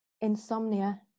insomnia